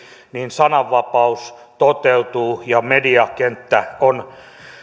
sananvapaus toteutuu ja mediakenttä on